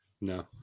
No